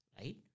Right